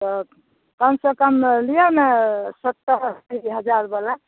तऽ कमसँ कम लिअ ने सत्तर अस्सी हजार बला